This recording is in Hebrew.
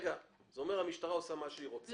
זה אומר שהמשטרה עושה מה שהיא רוצה.